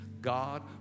God